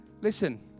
Listen